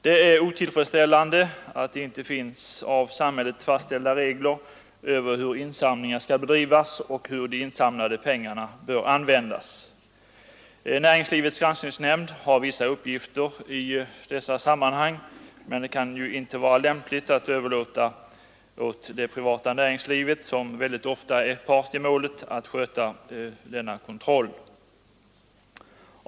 Det är otillfredsställande att det inte finns av samhället fastställda regler för hur insamlingar skall bedrivas och hur de insamlade pengarna bör användas. Näringslivets granskningsnämnd har vissa uppgifter i dessa sammanhang, men det kan ju inte vara lämpligt att överlåta åt det privata näringslivet, som väldigt ofta är part i målet, att sköta en sådan kontroll.